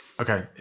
Okay